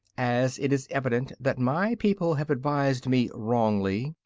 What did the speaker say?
as it is evident that my people have advised me wrongly,